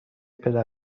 پدر